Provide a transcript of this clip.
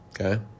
Okay